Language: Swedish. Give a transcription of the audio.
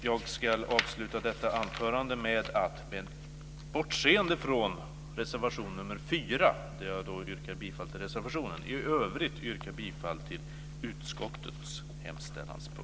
Jag ska avsluta detta anförande med att med bortseende från reservation nr 4, där jag yrkar bifall till reservationen, i övrigt yrka bifall till utskottets hemställanspunkter.